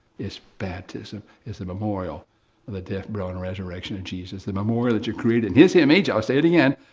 is baptism is the memorial of the death, burial and resurrection of jesus. the memorial that you're created in his image, i'll say it again,